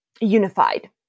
unified